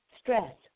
stress